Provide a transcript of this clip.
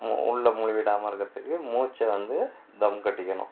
உள்ளளே மூழுகிடாமல் இருக்கிறதுக்கு மூச்சு வந்து தம் கட்டிக்கணும்